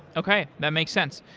okay. that makes sense.